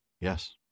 Yes